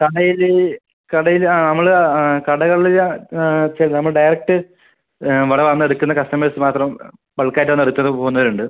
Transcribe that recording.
കടയില് കടയില് ആ നമ്മള് ആ കടകളില് ചെല്ലുമ്പം ഡയറക്റ്റ് ഇവിടെ വന്ന് എടുക്കുന്ന കസ്റ്റമേഴ്സ് മാത്രം ബൾക്ക് ആയിട്ട് ആണ് എടുത്തത് പോകുന്നവര് ഉണ്ട്